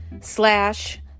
slash